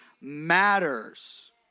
matters